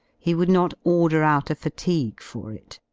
he would not order out a fatigue for it.